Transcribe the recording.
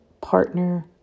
partner